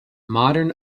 modern